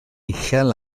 uchel